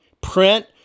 print